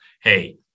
hey